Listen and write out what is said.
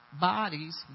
Bodies